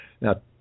Now